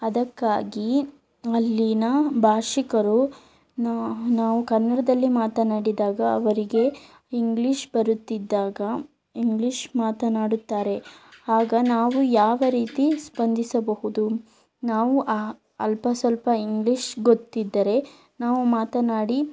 ಅದಕ್ಕಾಗಿ ಅಲ್ಲಿಯ ಭಾಷಿಕರು ನಾವು ಕನ್ನಡದಲ್ಲಿ ಮಾತನಾಡಿದಾಗ ಅವರಿಗೆ ಇಂಗ್ಲಿಷ್ ಬರುತ್ತಿದ್ದಾಗ ಇಂಗ್ಲಿಷ್ ಮಾತನಾಡುತ್ತಾರೆ ಆಗ ನಾವು ಯಾವ ರೀತಿ ಸ್ಪಂದಿಸಬಹುದು ನಾವು ಆ ಅಲ್ಪ ಸ್ವಲ್ಪ ಇಂಗ್ಲಿಷ್ ಗೊತ್ತಿದ್ದರೆ ನಾವು ಮಾತನಾಡಿ